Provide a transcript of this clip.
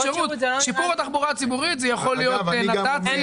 שיפור התחבורה הציבורית יכול להיות גם דברים אחרים.